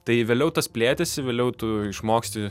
tai vėliau tas plėtėsi vėliau tu išmoksti